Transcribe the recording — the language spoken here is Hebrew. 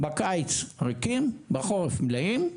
בקיץ ריקים ובחורף מלאים.